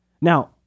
Now